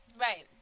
Right